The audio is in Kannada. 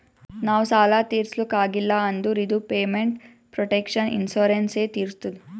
ನಾವ್ ಸಾಲ ತಿರುಸ್ಲಕ್ ಆಗಿಲ್ಲ ಅಂದುರ್ ಇದು ಪೇಮೆಂಟ್ ಪ್ರೊಟೆಕ್ಷನ್ ಇನ್ಸೂರೆನ್ಸ್ ಎ ತಿರುಸ್ತುದ್